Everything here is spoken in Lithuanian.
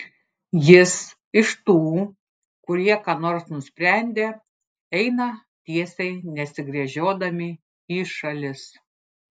jis iš tų kurie ką nors nusprendę eina tiesiai nesigręžiodami į šalis